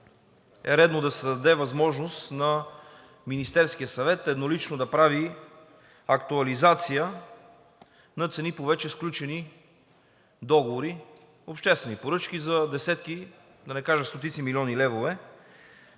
е редно да се даде възможност на Министерския съвет еднолично да прави актуализация на цени по вече сключени договори – обществени поръчки за десетки, да не кажа стотици милиони левове.